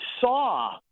saw